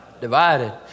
Divided